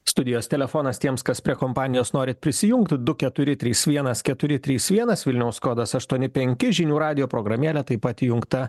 studijos telefonas tiems kas prie kompanijos norit prisijungti du keturi trys vienas keturi trys vienas vilniaus kodas aštuoni penki žinių radijo programėlė taip pat įjungta